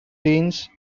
teens